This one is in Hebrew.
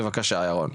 בבקשה, ירון.